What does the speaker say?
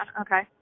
okay